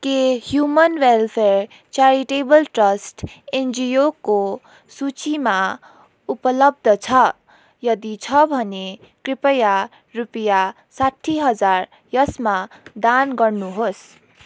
के human welfare charitable trust एनजिओको सूचीमा उपलब्ध छ यदि छ भने कृपया रुपियाँ साठी हजार यसमा दान गर्नुहोस्